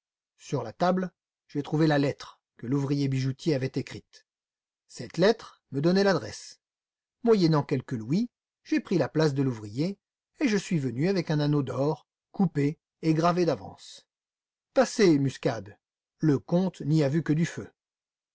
sur la table j'ai trouvé la lettre que l'ouvrier bijoutier avait écrite cette lettre me donnait l'adresse moyennant quelques louis j'ai pris la place de l'ouvrier et je suis venu avec un anneau d'or coupé et gravé d'avance passez muscade le comte n'y a vu que du feu